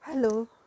Hello